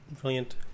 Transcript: Brilliant